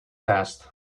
test